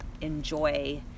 enjoy